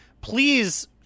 please